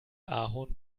ahorn